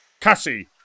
Cassie